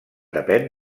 depèn